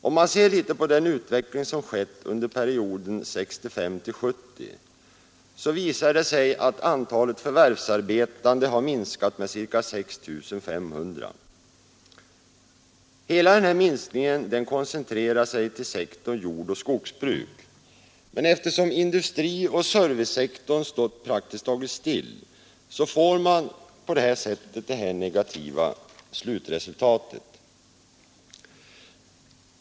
Ser man litet på den utveckling som skett under perioden 1965-1970 visar det sig, att antalet förvärvsarbetande har minskat med ca 6 500. Hela minskningen koncentrerar sig till sektorn jordoch skogsbruk, men eftersom industrioch servicesektorn stått praktiskt taget still så får man det här negativa slutresultatet.